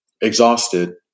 exhausted